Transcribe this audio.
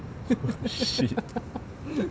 what the shit